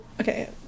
Okay